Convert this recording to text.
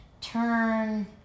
turn